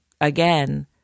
again